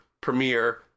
premiere